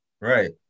Right